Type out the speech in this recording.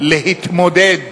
להתמודד